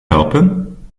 helpen